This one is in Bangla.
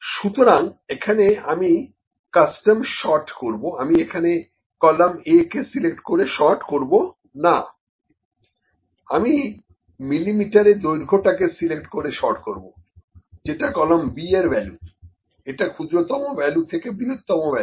সুতরাং এখানে আমি কাস্টম সর্ট করব আমি এখানে কলাম A কে সিলেক্ট করে সর্ট করব না আমি মিলিমিটারে দৈর্ঘ্যটাকে সিলেক্ট করে সর্ট করব যেটা কলাম B এর ভ্যালু এটা ক্ষুদ্রতম ভ্যালু থেকে বৃহত্তম ভ্যালু